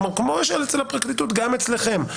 כמו אצל הפרקליטות כך גם אצלכם.